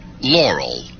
Laurel